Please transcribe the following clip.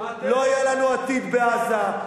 לא היה לנו עתיד בעזה,